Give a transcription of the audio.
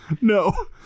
No